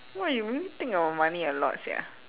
!wah! you really think of money a lot sia